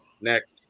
Next